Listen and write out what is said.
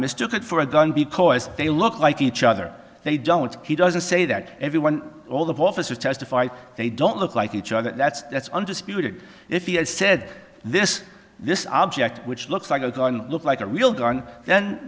mistook it for a gun because they look like each other they don't he doesn't say that everyone all the officers testified they don't look like each other that's that's undisputed if he had said this this object which looks like look like a real gun then